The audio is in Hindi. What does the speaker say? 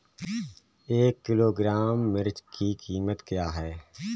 एक किलोग्राम मिर्च की कीमत क्या है?